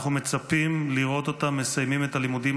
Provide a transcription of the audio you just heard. אנחנו מצפים לראות אותם מסיימים את הלימודים